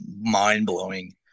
mind-blowing